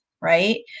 right